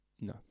No